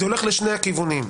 זה הולך לשני הכיוונים.